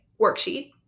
worksheet